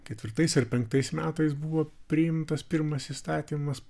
ketvirtais ar penktais metais buvo priimtas pirmas įstatymas